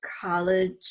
college